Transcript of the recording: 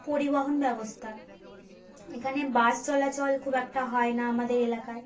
পরিবহণ ব্যবস্থা এখানে বাস চলাচল খুব একটা হয় না আমাদের এলাকায়